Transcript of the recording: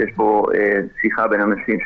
שיש בו שיחה בין אנשים,